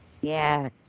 Yes